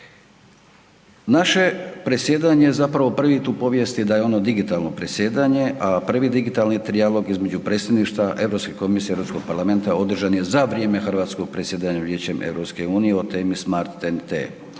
Naše predsjedanje zapravo prvi put u povijesti da je ono digitalno predsjedanje, a prvi digitalni trialog između Predsjedništva Europske komisije i Europskog parlamenta održan je za vrijeme hrvatskog predsjedanja Vijećem EU o temi Smart TEN-T.